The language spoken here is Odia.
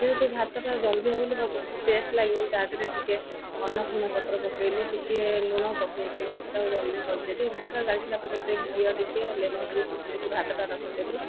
ଯେହେତୁ ଭାତଟା ଜଲଦି ବୋଲି ବହୁତ ଟେଷ୍ଟ ଲାଗିବ ବୋଲି ତା' ଦେହରେ ଟିକେ ଅନପୂର୍ଣ୍ଣା ପତ୍ର ପକାଇଲି ଟିକେ ଲୁଣ ପକାଇ କିରି ଭାତଟା ଜଲଦି କରିଦେଲି ଭାତଟା ଗାଳି ସଇଲା ପରେ ତା' ଦେହରେ ଘିଅ ଟିକେ ଲେମ୍ବୁ ଟିକେ ଚୁପୁଡିକି ଭାତଟା ରଖିଦେଲି